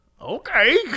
Okay